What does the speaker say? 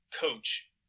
coach